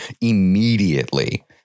immediately